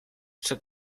czy